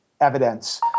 evidence